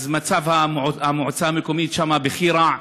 אז מצב המועצה המקומית שם בכי רע,